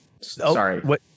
Sorry